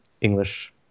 English